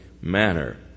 Manner